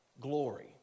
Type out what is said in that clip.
glory